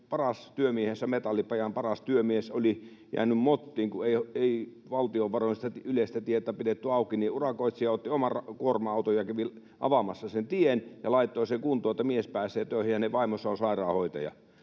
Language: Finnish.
paras työmiehensä, metallipajan paras työmies, oli jäänyt mottiin, kun ei valtion varoin sitä yleistä tietä pidetty auki — otti oman kuorma-autonsa ja kävi avaamassa sen tien ja laittoi sen kuntoon, että mies pääsee töihin, ja hänen vaimonsa on sairaanhoitaja.